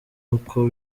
uko